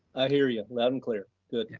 i hear you loud and clear. good,